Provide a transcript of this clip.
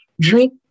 drink